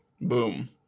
Boom